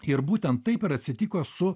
ir būtent taip ir atsitiko su